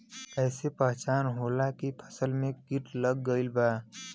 कैसे पहचान होला की फसल में कीट लग गईल बा?